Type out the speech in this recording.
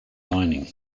mining